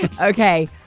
Okay